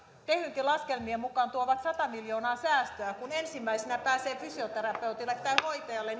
tehynkin laskelmien mukaan tuovat sata miljoonaa säästöä kun ensimmäisenä pääsee fysioterapeutille tai hoitajalle